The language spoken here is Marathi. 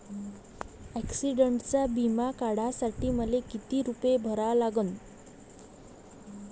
ॲक्सिडंटचा बिमा काढा साठी मले किती रूपे भरा लागन?